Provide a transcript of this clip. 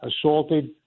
assaulted